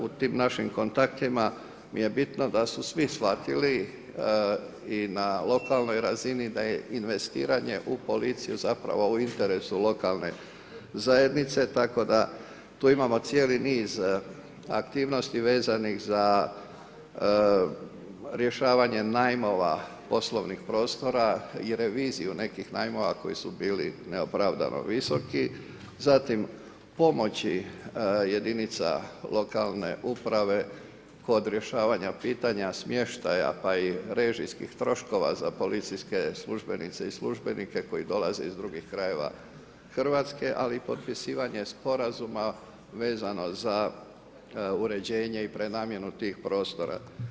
U tim našim kontaktima mi je bitno, da su svi shvatili i na lokalnoj razini da je investiranje u policiju zapravo u interesu lokalne zajednice, tako da tu imamo cijeli niz aktivnosti, vezanih za rješavanje najmova poslovnih prostora i revizoru nekih najmova, koji su bili neopravdano visoki, zatim pomoći jedinica lokalna uprave kod rješavanja pitanja smještaja pa i režijskih troškova za policijske službenike i službenice koji dolaze iz drugih krajeva Hrvatske, ali potpisivanje sporazuma vezano za uređenje i prenamjenu tih prostora.